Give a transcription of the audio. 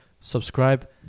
Subscribe